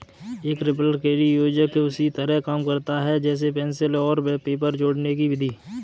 एक रिपलकैरी योजक उसी तरह काम करता है जैसे पेंसिल और पेपर जोड़ने कि विधि